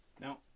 Now